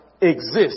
exist